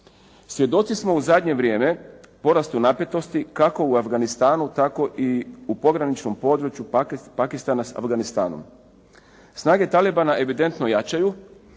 Svjedoci smo u zadnje vrijeme porasti napetosti kako u Afganistanu tako i u pograničnom području Pakistana s Afganistanom. Snage talibana evidentno jačaju,